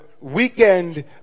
weekend